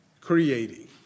creating